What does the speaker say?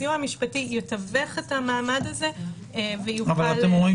הסיוע המשפטי יתווך את המעמד הזה ויוכל --- אבל אתם אומרים